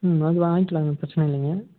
ம் அது வாங்கிக்கலாங்க பிரச்சனை இல்லைங்க